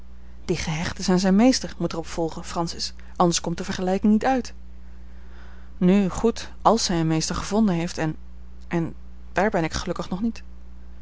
die gehecht is aan zijn meester moet er op volgen francis anders komt de vergelijking niet uit nu goed als hij een meester gevonden heeft en en daar ben ik gelukkig nog niet